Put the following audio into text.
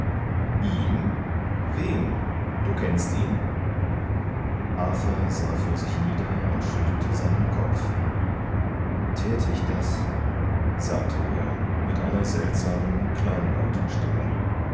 ihm wem du kennst ihn arthur sah vor sich nieder und schüttelte seinen kopf täte ich das sagte er mit einer seltsamen kleinlauten stimme